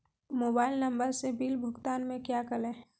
Mobile number से bill भुगतान में क्या करें?